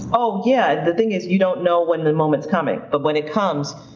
oh, yeah. the thing is you don't know when the moment's coming, but when it comes,